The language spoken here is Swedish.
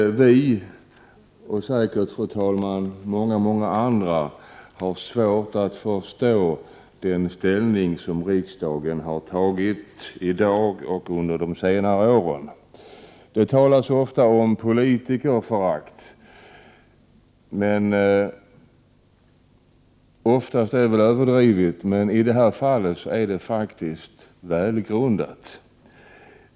Vi, och säkert många andra, har svårt att förstå det ställningstagande som riksdagen kommit fram till under de senaste åren och nu även i dag. Man talar ofta om politikerförakt. Det är i de flesta fall överdrivet, men i det här fallet är det välgrundat.